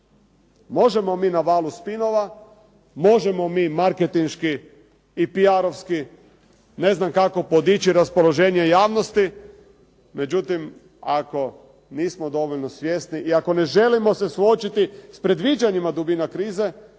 Možemo mi na valu spinova, možemo mi marketinški i PR-ski ne znam kako podići raspoloženje javnosti, međutim ako nismo dovoljno svjesni i ako ne želimo se suočiti s predviđenim dubinama krize,